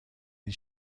این